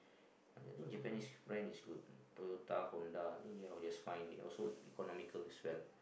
and I think Japanese brand is good Toyota Honda I think they are just fine they also economical as well